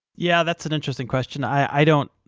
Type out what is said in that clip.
yeah, that's an interesting question. i don't